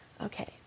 okay